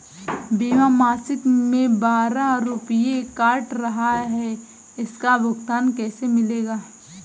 बीमा मासिक में बारह रुपय काट रहा है इसका भुगतान कैसे मिलेगा?